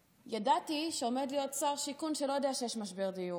שידעתי שעומד להיות שר שיכון שלא יודע שיש משבר דיור.